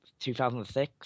2006